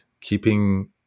keeping